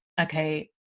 okay